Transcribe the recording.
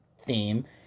theme